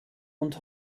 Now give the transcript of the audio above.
und